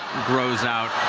grows out.